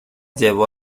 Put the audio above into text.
llevó